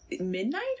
Midnight